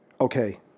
okay